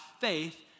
faith